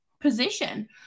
position